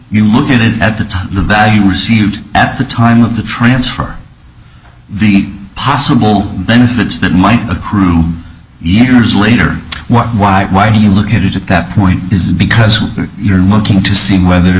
you look at it at the time the value received at the time of the transfer the possible benefits that might accrue years later why or why do you look at it at that point is because when you're looking to see whether